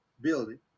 building